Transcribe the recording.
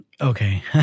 okay